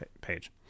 page